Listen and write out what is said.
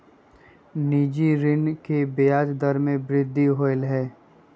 निजी ऋण के ब्याज दर में वृद्धि होलय है